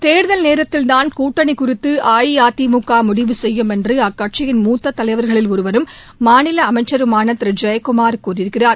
தேர்தல் நேரத்தில்தான் கூட்டணி குறித்து அஇஅதிமுக முடிவு செய்யும் என்று அக்கட்சியின் மூத்த தலைவர்களில் ஒருவரும் மாநில அமைச்சருமான திரு ஜெயக்குமார் கூறியிருக்கிறார்